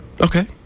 Okay